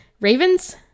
ravens